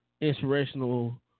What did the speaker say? inspirational